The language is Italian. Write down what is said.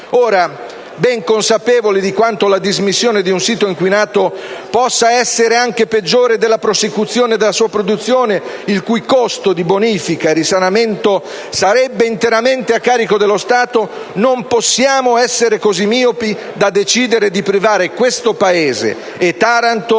Ora, ben consapevoli di quanto la dismissione di un sito inquinato possa essere anche peggiore della prosecuzione della sua produzione, il cui costo di bonifica e risanamento sarebbe interamente a carico dello Stato, non possiamo essere così miopi da decidere di privare il nostro Paese e Taranto